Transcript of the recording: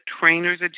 trainer's